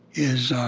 is